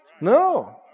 No